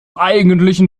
eigentlichen